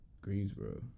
Greensboro